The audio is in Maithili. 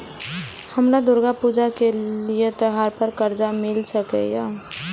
हमरा दुर्गा पूजा के लिए त्योहार पर कर्जा मिल सकय?